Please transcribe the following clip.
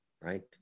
right